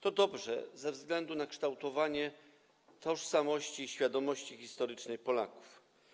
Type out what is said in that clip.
To dobrze ze względu na kształtowanie tożsamości i świadomości historycznej Polaków.